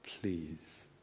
please